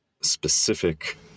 specific